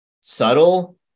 subtle